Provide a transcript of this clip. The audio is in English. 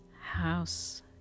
house